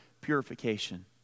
purification